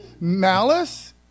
Malice